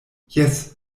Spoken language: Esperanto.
jes